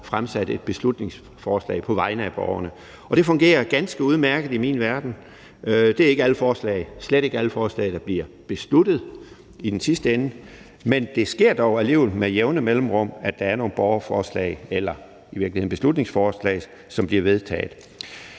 fremsat et beslutningsforslag på vegne af borgerne, og det fungerer ganske udmærket i min verden. Det er slet ikke alle forslag, der bliver besluttet i den sidste ende, men det sker dog alligevel med jævne mellemrum, at der er nogle borgerforslag – eller i virkeligheden beslutningsforslag – som bliver vedtaget.